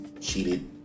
cheated